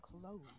clothes